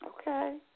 Okay